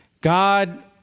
God